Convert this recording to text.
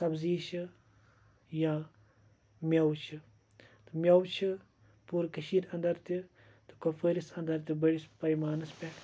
سبزی چھِ یا میوٕ چھِ تہٕ میوٕ چھِ پوٗرٕ کٔشیٖر انٛدر تہِ تہٕ کۄپوٲرِس انٛدَر تہِ بٔڑِس پیمانَس پٮ۪ٹھ